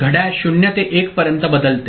घड्याळ 0 ते 1 पर्यंत बदलते